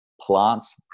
plants